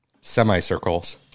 semicircles